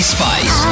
Spice